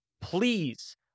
please